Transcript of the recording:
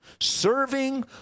serving